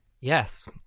Yes